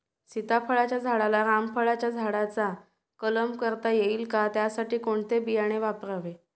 सीताफळाच्या झाडाला रामफळाच्या झाडाचा कलम करता येईल का, त्यासाठी कोणते बियाणे वापरावे?